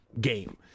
game